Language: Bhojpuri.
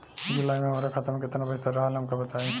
जुलाई में हमरा खाता में केतना पईसा रहल हमका बताई?